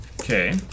Okay